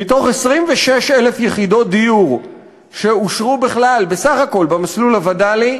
מ-26,000 יחידות דיור שאושרו בסך הכול במסלול הווד"לי,